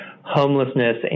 Homelessness